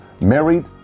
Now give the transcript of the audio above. Married